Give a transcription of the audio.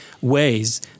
ways